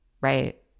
right